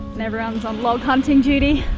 and everyone's on log-hunting duty.